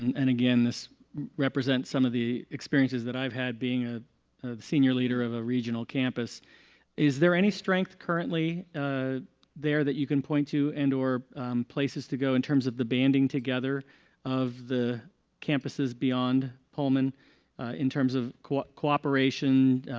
and again, this represents some of the experiences that i have had being ah a senior leader of a regional campus s. there any strength currently ah there that you can point to and or place us to go in terms of the banding together of the campuses beyond pullman in terms of cooperation,